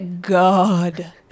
God